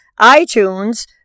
iTunes